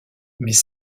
mais